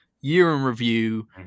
year-in-review